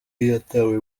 yatawe